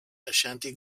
ashanti